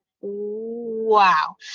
wow